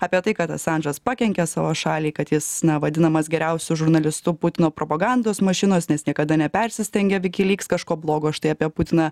apie tai kad asandžas pakenkia savo šaliai kad jis na vadinamas geriausiu žurnalistu putino propagandos mašinos nes niekada nepersistengia wikileaks kažko blogo štai apie putiną